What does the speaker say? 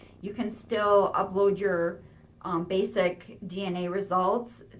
you can still upload your basic dna results,